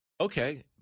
okay